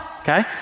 okay